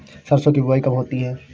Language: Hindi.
सरसों की बुआई कब होती है?